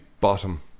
Bottom